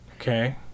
Okay